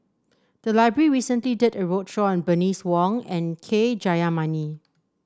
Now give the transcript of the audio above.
the library recently did a roadshow on Bernice Wong and K Jayamani